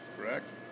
Correct